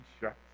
shut